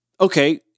okay